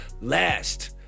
Last